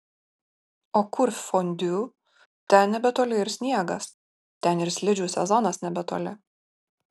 o kur fondiu ten nebetoli ir sniegas ten ir slidžių sezonas nebetoli